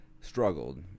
struggled